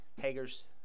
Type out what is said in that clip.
Hager's